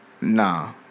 Nah